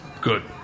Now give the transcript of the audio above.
good